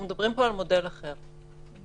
אנחנו מדברים פה על מודל אחר לגמרי.